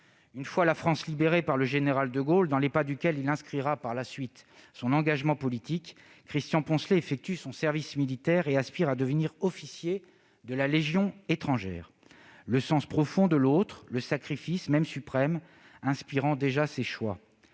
Une fois la France libérée par le général de Gaulle, dans les pas duquel il inscrira par la suite son engagement politique, Christian Poncelet effectue son service militaire et aspire à devenir officier de la Légion étrangère : le sens profond de l'autre, le sacrifice, même suprême, inspiraient déjà ses choix,